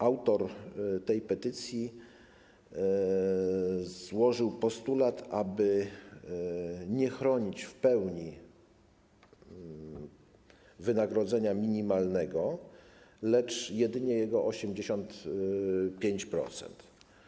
Autor tej petycji złożył postulat, aby nie chronić w pełni wynagrodzenia minimalnego, lecz jedynie jego 85%.